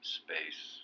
space